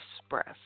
express